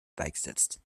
beigesetzt